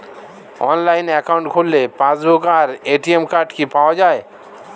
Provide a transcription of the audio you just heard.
Online account খুললে passbook আর ATM card কি পাওয়া যায়?